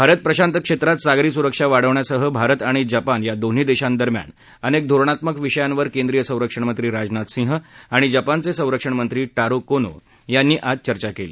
भारत प्रशांत क्षेत्रात सागरी सुरक्षा वाढवण्यासह भारत आणि जपान या दोन्ही देशांदरम्यान अनेक धोरणात्मक विषयांवर केंद्रीय संरक्षणमंत्री राजनाथ सिंह आणि जपानचे संरक्षणमंत्री टारो कोनो यांनी आज चर्चा केली